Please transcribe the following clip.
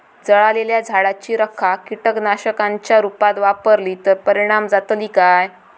जळालेल्या झाडाची रखा कीटकनाशकांच्या रुपात वापरली तर परिणाम जातली काय?